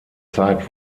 zeit